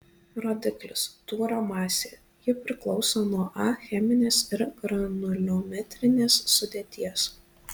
rodiklis tūrio masė ji priklauso nuo a cheminės ir granuliometrinės sudėties